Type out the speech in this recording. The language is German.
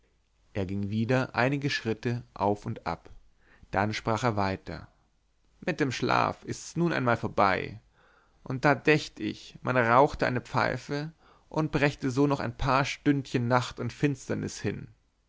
er ging wieder einige schritte auf und ab dann sprach er weiter mit dem schlaf ist's nun einmal vorbei und da dächt ich man rauchte eine pfeife und brächte so noch die paar stündchen nacht und finsternis hin